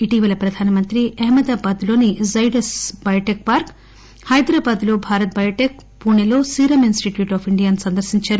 ఇటీవల ప్రధానమంత్రి అహమ్మదాబాదులోని గ్లెడన్ బయోటెక్ పార్క హైదరాబాదులో భారత్బయోటెక్ పుణెలో సీరమ్ ఇనిస్టిట్యూట్ ఆఫ్ ఇండియా సందర్భించారు